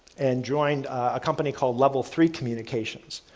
and joined a company called level three communications.